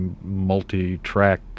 multi-track